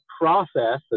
process